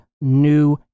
new